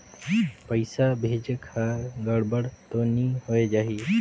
पइसा भेजेक हर गड़बड़ तो नि होए जाही?